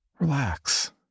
Relax